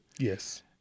Yes